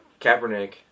Kaepernick